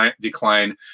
decline